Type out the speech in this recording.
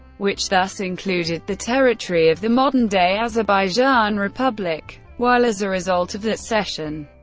which thus included the territory of the modern-day azerbaijan republic, while as a result of that cession,